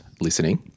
listening